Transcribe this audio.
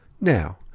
Now